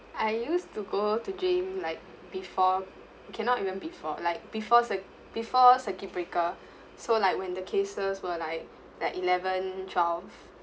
I used to go to gym like before cannot even before like before circ~ before circuit breaker so like when the cases were like like eleven twelve